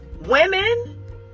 women